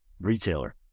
retailer